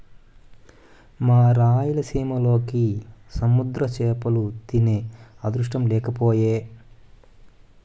మా రాయలసీమకి సముద్ర చేపలు తినే అదృష్టం లేకపాయె